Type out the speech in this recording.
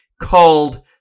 called